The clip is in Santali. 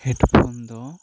ᱦᱮᱰᱯᱷᱳᱱ ᱫᱚ